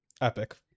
Epic